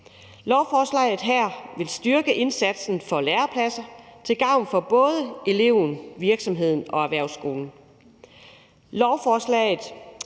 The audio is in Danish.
Lovforslaget her vil styrke indsatsen for at skabe lærepladser til gavn for både eleven, virksomheden og erhvervsskolen.